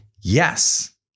yes